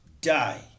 die